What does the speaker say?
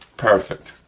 perfect,